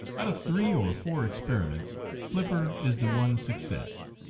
out of three or four experiments flipper is the one success.